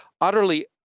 utterly